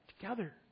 together